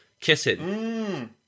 kissing